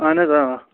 اہن حظ آ